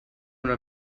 una